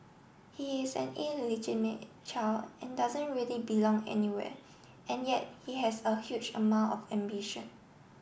he is an illegimate child and doesn't really belong anywhere and yet he has a huge amount of ambition